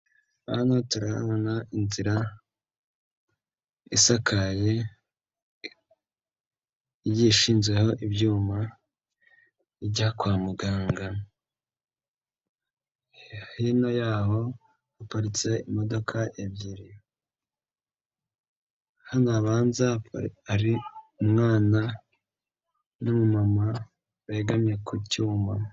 Hano turahabona inzira isakaye igiye ishinzeho ibyuma ijya kwa muganga, hino yaho haparitse imodoka ebyiri, hano habanza hari umwana n'umumama begamye ku cyuma.